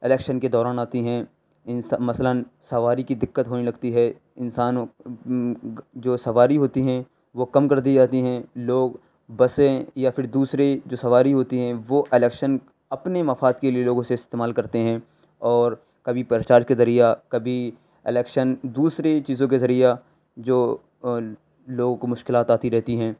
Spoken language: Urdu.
الیكشن كے دوران آتی ہیں مثلاً سواری كی دِقّت ہونے لگتی ہے انسانوں جو سواری ہوتی ہیں وہ کم کر دی جاتی ہیں لوگ بسیں یا پھر دوسری جو سواری ہوتی ہیں وہ الیکشن اپنے مفاد کے لیے لوگوں سے استعمال کرتے ہیں اور کبھی پرچار کے ذریعہ کبھی الیکشن دوسری چیزوں کے ذریعہ جو لوگوں کو مشکلات آتی رہتی ہیں